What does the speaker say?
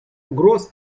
угроз